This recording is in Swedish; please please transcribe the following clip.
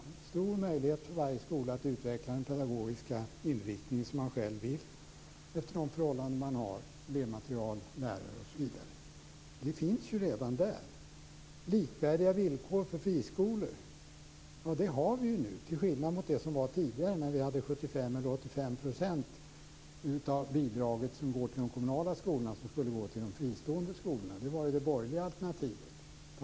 Det finns stora möjligheter för varje skola att utveckla den pedagogiska inriktning som man själv önskar, efter de förhållanden man har vad gäller elevmaterial, lärare osv. Det här finns alltså redan. Likvärdiga villkor för friskolor har vi också nu, till skillnad från hur det var tidigare då 75 % eller 85 % av bidraget till de kommunala skolorna skulle gå till de fristående skolorna; det var ju det borgerliga alternativet.